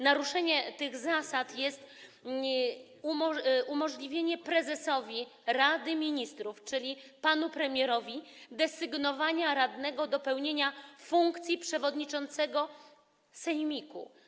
Naruszeniem tych zasad jest umożliwienie prezesowi Rady Ministrów, czyli panu premierowi, desygnowania radnego do pełnienia funkcji przewodniczącego sejmiku.